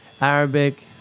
arabic